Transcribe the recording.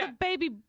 baby